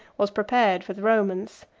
was prepared for the romans.